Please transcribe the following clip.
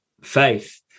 faith